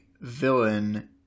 villain